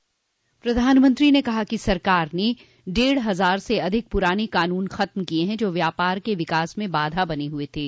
प्रधानमंत्री ने कहा कि सरकार ने डेढ़ हजार से अधिक पूराने कानून खत्म किए हैं जो व्यापार के विकास में बाधा बने हुए थे